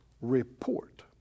report